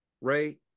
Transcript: Ray